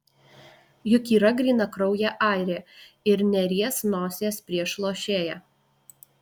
juk yra grynakraujė airė ir neries nosies prieš lošėją